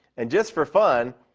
and just for fun,